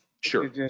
Sure